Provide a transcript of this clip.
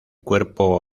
cuerpo